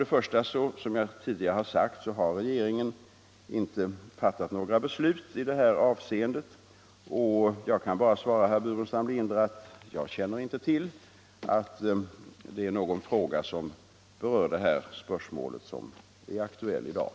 Det statsskick vi har bör anges genom att beteckningen Kungl. ingår i ambassadens namn. Jag anser inte att vare sig det interpellationssvar som herr Geijer lämnat eller hans replik är tillfredsställande.